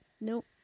Nope